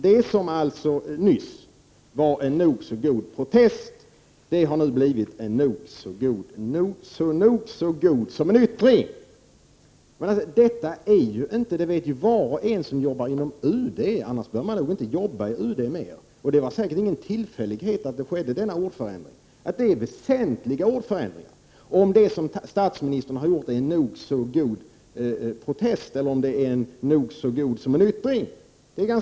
Det som alltså nyss vara ”en nog så god protest” har nu blivit ”nog så god som en yttring”. Det var säkert inte någon tillfällighet att denna ordförändring skedde. Var och en som jobbar inom UD vet — annars bör man inte jobba där — att det är en väsentlig skillnad, om det som statsministern har gjort är ”en nog så god protest” eller om det är ”nog så god som en yttring”.